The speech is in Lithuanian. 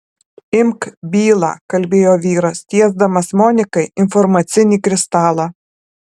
imk bylą kalbėjo vyras tiesdamas monikai informacinį kristalą